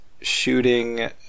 shooting